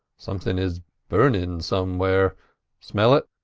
something is burning somewhere smell it?